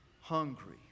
hungry